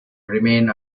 remain